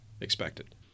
expected